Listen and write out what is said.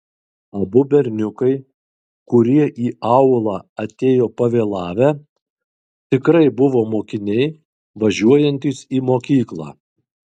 abu berniukai kurie į aulą atėjo pavėlavę tikrai buvo mokiniai važiuojantys į mokyklą